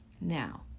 Now